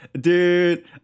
dude